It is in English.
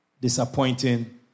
disappointing